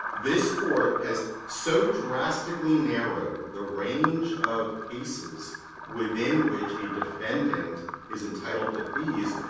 this court has so drastically narrowed the range of cases within which a defendant is entitled to fees,